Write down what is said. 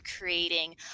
creating